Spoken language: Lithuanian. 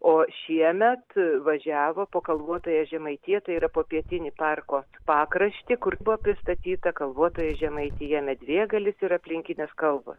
o šiemet važiavo po kalvotąją žemaitiją tai yra po pietinį parko pakraštį kur buvo pristatyta kalvotoji žemaitija medvėgalis ir aplinkinės kalvos